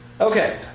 Okay